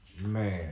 Man